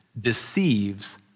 deceives